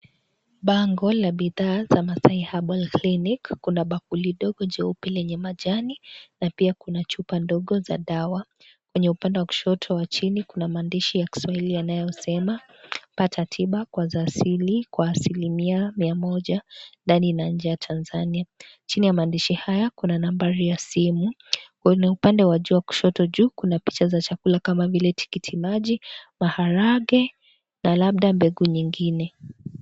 Bango la bidhaa za MASAI HERBAL CLINC . Kuna bakuli dogo jeupe lenye majani na pia kuna chupa ndogo za dawa. Kwenye upande wa kushoto wa chini kuna maandishi ya kiswahili yanayosema, 'pata tiba kwa za asili kwa asilimia mia moja ndani na nje ya Tanzania'. Chini ya maandishi haya kuna nambari ya simu. Upande wa juu, wa kushoto juu kuna picha za chakula kama vile tikitimaji, maharage na labda mbegu nyingine.